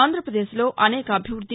ఆంధ్రప్రదేశ్లో అనేక అభివృద్ది